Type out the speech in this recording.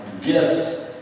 gifts